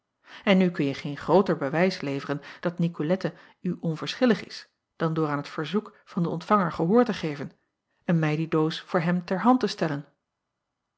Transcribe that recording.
n nu kunje geen grooter bewijs leveren dat icolette u onverschillig is dan door aan het verzoek van den ontvanger gehoor te geven en mij die doos voor hem ter hand te stellen